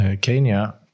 Kenya